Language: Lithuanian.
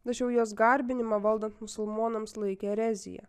tačiau jos garbinimą valdant musulmonams laikė erezija